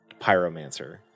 pyromancer